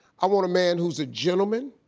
i want a man who's a gentleman.